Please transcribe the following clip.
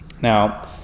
Now